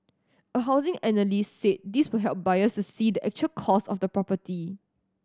a housing analyst said this will help buyers to see the actual cost of the property